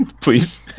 please